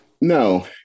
No